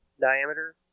diameter